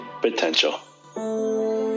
potential